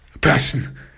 person